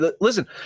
Listen